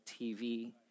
TV